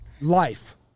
life